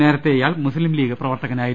നേരത്തെ ഇയാൾ മുസ്ലീം ലീഗ് പ്രവർത്തകനായിരുന്നു